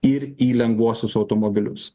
ir į lengvuosius automobilius